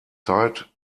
zeit